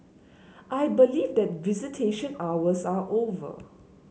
I believe that visitation hours are over